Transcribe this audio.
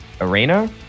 arena